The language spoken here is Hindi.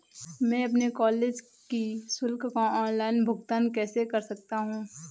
मैं अपने कॉलेज की शुल्क का ऑनलाइन भुगतान कैसे कर सकता हूँ?